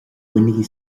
bainigí